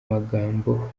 magambo